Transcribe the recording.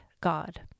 God